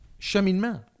cheminement